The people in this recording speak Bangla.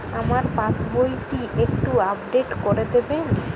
আমার পাসবই টি একটু আপডেট করে দেবেন?